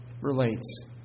relates